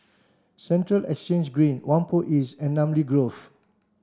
Central Exchange Green Whampoa East and Namly Grove